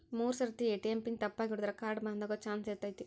ಮೂರ್ ಸರ್ತಿ ATM pin ತಪ್ಪಾಗಿ ಹೊಡದ್ರ ಕಾರ್ಡ್ ಬಂದಾಗೊ ಚಾನ್ಸ್ ಇರ್ತೈತಿ